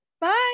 Bye